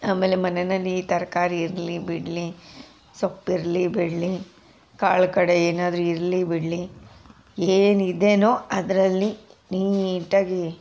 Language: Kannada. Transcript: ಆಮೇಲೆ ಮನೆಯಲ್ಲಿ ತರಕಾರಿ ಇರಲಿ ಬಿಡಲಿ ಸೊಪ್ಪು ಇರಲಿ ಬಿಡಲಿ ಕಾಳು ಕಡೆ ಏನಾದರೂ ಇರಲಿ ಬಿಡಲಿ ಏನು ಇದೆಯೋ ಅದರಲ್ಲಿ ನೀಟಾಗಿ